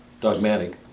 dogmatic